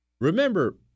Remember